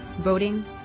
voting